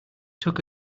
took